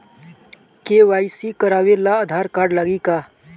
KYC करावे ला Aadhaar card लागी का?